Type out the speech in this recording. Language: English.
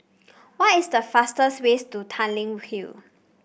what is the fastest ways to Tanglin Hill